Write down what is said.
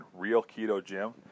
realketogym